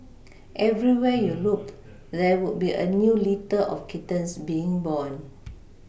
everywhere you looked there would be a new litter of kittens being born